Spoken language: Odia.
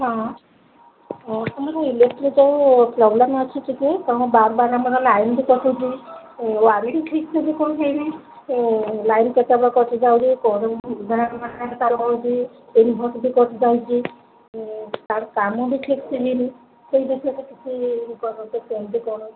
ହଁ ତୁମର ଇଲେକ୍ଟ୍ରି ଯୋଉ ପ୍ରୋବ୍ଲେମ୍ ଅଛି କିଛି କ'ଣ ବାର ବାର ଆମର ଲାଇନ୍ ବି କଟୁଛି ଲାଗିଛି ଠିକ୍ କୋଉଠି କିଛି ହୋଇନି ଲାଇନ୍ କେତେବେଳେ କଟି ଯାଉଛି ହଉଛି ଇନଭର୍ଟର ବି କଟି ଯାଉଛି ଆଉ କେମିତି କ'ଣ